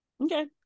Okay